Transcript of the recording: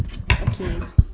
okay